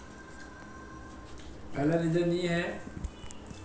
घास या किसी भी प्रकार की झाड़ी की गठरी को गठरी लिफ्टर से उठाया जाता है